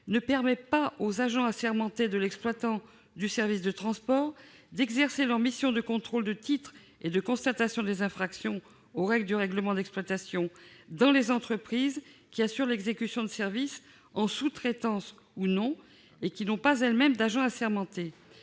ne permet pas aux agents assermentés de l'exploitant du service de transport d'exercer leurs missions de contrôle des titres et de constatation des infractions aux règles du règlement d'exploitation dans les entreprises qui assurent l'exécution de services en sous-traitance ou non et qui n'ont pas elles-mêmes d'agents assermentés.